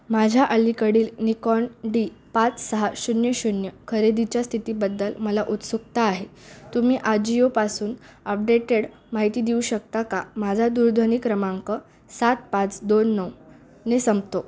माझ्या अलीकडील Nikon D पाच सहा शून्य शून्य खरेदीच्या स्थितीबद्दल मला उत्सुकता आहे तुम्ही आजिओ पासून अपडेटेड माहिती देऊ शकता का माझा दूरध्वनी क्रमांक सात पाच दोन नऊने संपतो